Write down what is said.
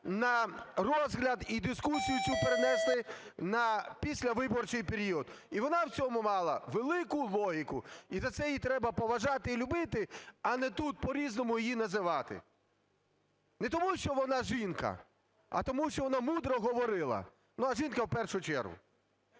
на... розгляд і дискусію цю перенести на післявиборчий період. І вона в цьому мала велику логіку. І за це її треба поважати і любити, а не тут по-різному її називати. Не тому, що вона жінка, а тому що вона мудро говорила, ну, а жінка – в першу чергу.